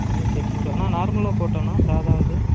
ஆயிரத்து எட்நூறுரூவா அண்ணா நார்மலாக போட்டால்ண்ணா சாதாவது